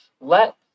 let